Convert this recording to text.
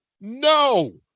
No